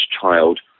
child